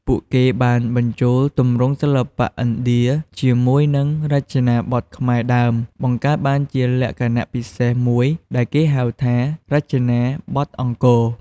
ពួកគេបានបញ្ចូលទម្រង់សិល្បៈឥណ្ឌាជាមួយនឹងរចនាបថខ្មែរដើម បង្កើតបានជាលក្ខណៈពិសេសមួយដែលគេហៅថា "រចនាបថអង្គរ"។